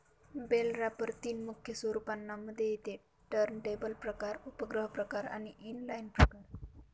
bell wrapper तीन मुख्य स्वरूपांना मध्ये येते टर्नटेबल प्रकार, उपग्रह प्रकार आणि इनलाईन प्रकार